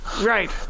Right